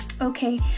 okay